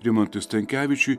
rimantui stankevičiui